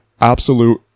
absolute